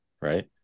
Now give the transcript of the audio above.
right